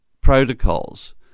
protocols